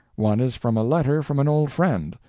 one is from a letter from an old friend,